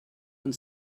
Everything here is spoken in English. and